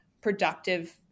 productive